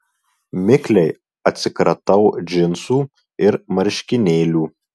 mikliai atsikratau džinsų ir marškinėlių